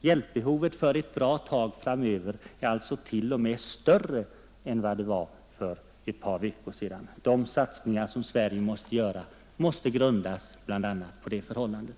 Hjälpbehovet är alltså t.o.m. större än vad det var för ett par veckor sedan. De satsningar som bl.a. Sverige måste göra bör grundas på det förhållandet.